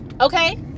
Okay